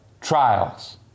trials